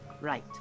Right